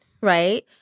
right